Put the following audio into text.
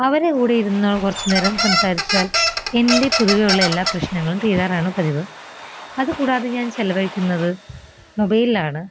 അവരെ കൂടെയിരുന്ന്റ കുറച്ച് നേരം സംസാരിച്ചാൽ എൻ്റെ പൊതുവേയുള്ള എല്ലാ പ്രശ്നങ്ങളും തീരാറാണ് പതിവ് അതുകൂടാതെ ഞാൻ ചിലവഴിക്കുന്നത് മൊബൈൽലാണ്